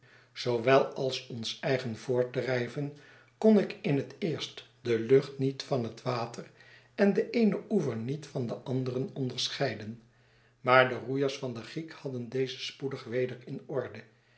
zoowel als ons eigen voortdrijven kon ik in het eerst de lucht niet van het water en den eenen oever niet van den anderen onderscheiden maar de roeiers van de giek hadden deze spoedig weder in orde